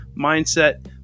mindset